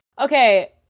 Okay